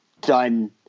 done